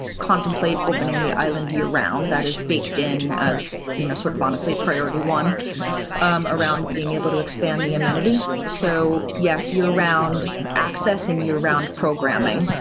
contemplate opening the island. two year round. that is baked in as you know sort of honestly priority one around being able to expand the amenity. so yes, year round access and you around programming